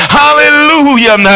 hallelujah